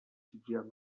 suggère